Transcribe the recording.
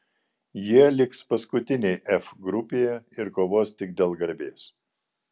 jie liks paskutiniai f grupėje ir kovos tik dėl garbės